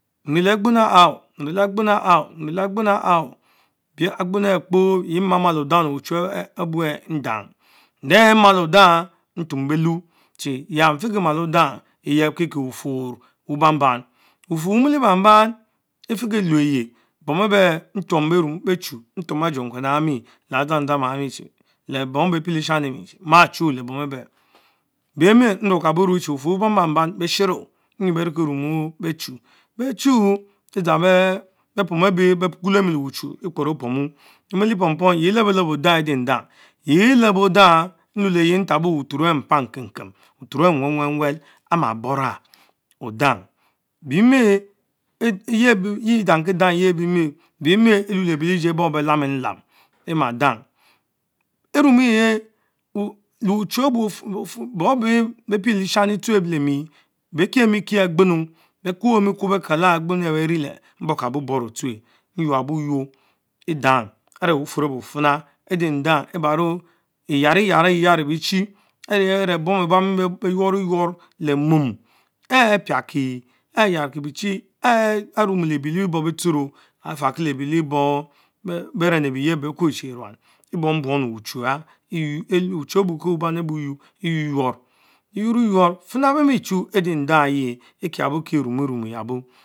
Aqbenu aha nreleh aqbenu bich agbenu ehh kpo aha heh mamal odang le uchu cheh ndang, nde mal Odang ntumu belu chie ya mfikie mal Odana Ryebkikie bufurr wuban ban, bufun wonile ban ban efikieme yie ntuom beh nmmad bechy introm agenkaren ayamie le adzandzama ayami le bombe bepiele sham lemie chie maa Chulie le bom eben, bes bémen mruokabo ruch chie uban ban-ban beshero, beriekie rumun beh Chu, ben chu redzams be porn each bekwolemi le uchu Expercopomu emile pom Pom yeh lebelebo odang edindang, anh ebebo Odang nhueleri ntaploo buturo empan Kemkem the bufraro ehh nwel Welwel amas bora odang bil bieme edang kilden bie bee meh eme leben lijil bom ebe lamkie lam, emadang enumirer le buchar-bu bom eben piele shami tsuen le mie bekiemie kie aqbenu mie kno beh kala agbennuo ah be riele, mborkabo borro tsueh nyuo aboynor edang are bufum ebu fina edandang. ebaro Mariyar erie Maro brechie ehke are bom ebani beh quan yuor le mom ehn praki ehh yarki biechie erumilebie lee-boh bitchoro afarki le bie le boh beren abiryeh aben elkur chi erruan, ebnog bung le uchuya uchu obn ku uban ehbu equo lynoyur, eyuorne ynor fina bey mie chu eden- ehh-dang eyieh ekieabo kie erum-erum eyabo.